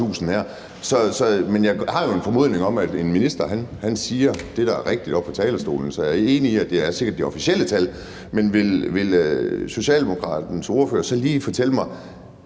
jeg har jo en formodning om, at en minister siger det, der er rigtigt, oppe på talerstolen. Så jeg er enig i, at det sikkert er det officielle tal. Men vil Socialdemokraternes ordfører så lige fortælle mig: